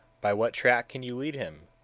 by what track can you lead him,